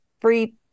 free